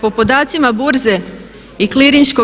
Po podacima Burze i …